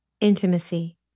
Intimacy